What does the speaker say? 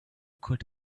could